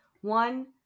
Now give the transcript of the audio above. one